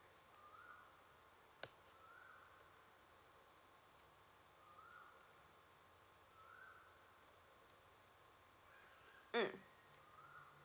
mm